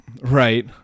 right